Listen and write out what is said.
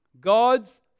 God's